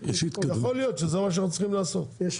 יכול להיות שזה מה שאנחנו צריכים לעשות,